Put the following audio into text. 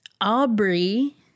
Aubrey